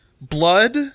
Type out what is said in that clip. blood